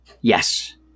Yes